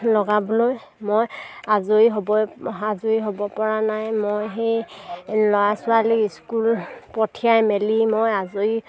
লগাবলৈ মই আজৰি হ'ব আজৰি হ'ব পৰা নাই মই সেই ল'ৰা ছোৱালী স্কুল পঠিয়াই মেলি মই আজৰি